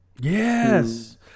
Yes